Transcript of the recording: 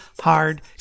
hard